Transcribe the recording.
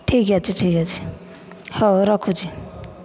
ଠିକ ଅଛି ଠିକ ଅଛି ହେଉ ରଖୁଛି